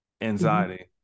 anxiety